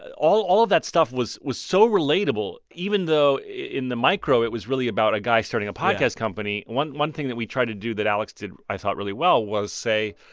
all all of that stuff was was so relatable even though in the micro it was really about a guy starting a podcast company. one one thing that we tried to do that alex did, i thought, really well was say,